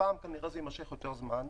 הפעם כנראה זה יימשך יותר זמן.